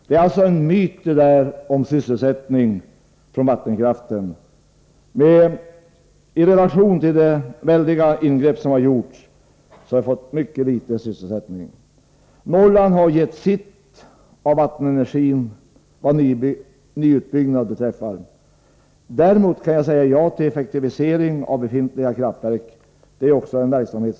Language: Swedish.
Det där talet om sysselsättning på grund av vattenkraftens utbyggnad är alltså en myt. Med tanke på de väldiga ingrepp som har gjorts har vi fått mycket litet sysselsättning. Norrland har gett sitt av vattenenergi vad nyutbyggnad beträffar. Däremot kan jag säga ja till effektivisering av befintliga kraftverk. Här pågår det också verksamhet.